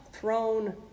thrown